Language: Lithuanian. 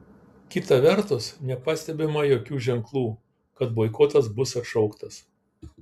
kita vertus nepastebima jokių ženklų kad boikotas bus atšauktas